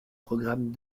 programmes